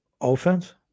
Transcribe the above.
offense